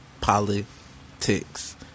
Politics